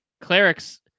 clerics